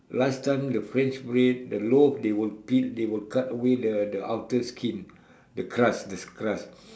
last time the french bread the loaf they will peel they will cut away the the outer skin the crust the crust